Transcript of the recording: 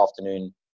afternoon